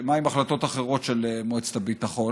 עם החלטות אחרות של מועצת הביטחון?